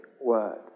word